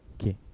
Okay